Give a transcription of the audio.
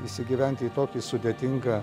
įsigyventi į tokį sudėtingą